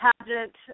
pageant